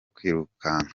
kwirukanka